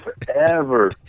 forever